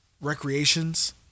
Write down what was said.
recreations